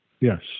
Yes